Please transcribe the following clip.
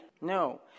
No